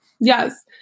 Yes